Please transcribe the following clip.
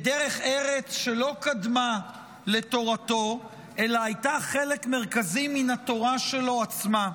בדרך ארץ שלא קדמה לתורתו אלא הייתה חלק מרכזי מן התורה שלו עצמה.